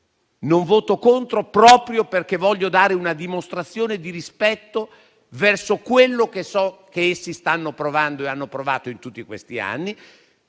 Non voto contro proprio perché voglio dare una dimostrazione di rispetto verso quello che so che essi stanno provando e hanno provato in tutti questi anni.